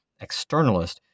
externalist